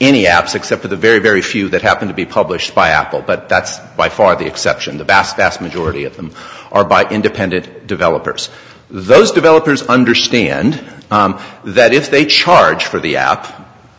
any apps except for the very very few that happen to be published by apple but that's by far the exception the vast vast majority of them are by independent developers those developers understand that if they charge for the app